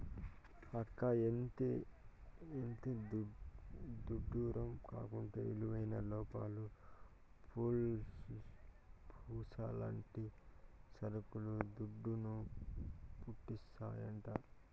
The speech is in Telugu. అక్కా, ఎంతిడ్డూరం కాకుంటే విలువైన లోహాలు, పూసల్లాంటి సరుకులు దుడ్డును, పుట్టిస్తాయంట